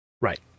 Right